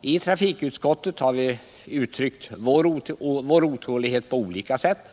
I trafikutskottet har vi uttryckt vår otålighet på olika sätt.